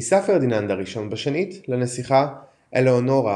נישא פרדיננד הראשון בשנית לנסיכה אלאונורה